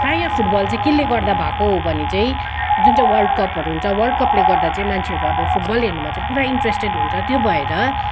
प्राय फुटबल चाहिँ कसले गर्दा भएको हो भने चाहिँ जुन चाहिँ वर्ल्ड कपहरू हुन्छ वर्ल्ड कपले गर्दा चाहिँ मान्छेहरू अब फुटबल हेर्नुमा चाहिँ पुरा इन्ट्रेस्टेड हुन्छ त्यो भएर